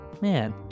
Man